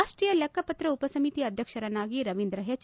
ರಾಷ್ಲೀಯ ಲೆಕ್ಕಪತ್ರ ಉಪಸಮಿತಿ ಅಧ್ಯಕ್ಷರನ್ನಾಗಿ ರವೀಂದ್ರ ಹೆಚ್